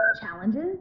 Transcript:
challenges